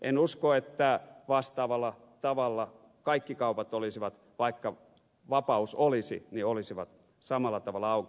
en usko että vastaavalla tavalla kaikki kaupat olisivat vaikka vapaus olisi samalla tavalla auki